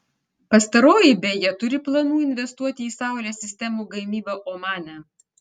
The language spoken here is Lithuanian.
pastaroji beje turi planų investuoti į saulės sistemų gamybą omane